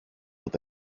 with